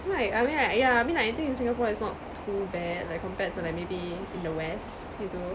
why I mean like yeah I mean like I think in singapore it's not too bad like compared to like maybe in the west gitu